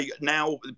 now